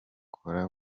kora